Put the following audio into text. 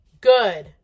good